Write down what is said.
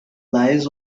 lies